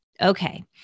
Okay